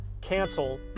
cancel